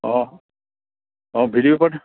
অঁ অঁ video record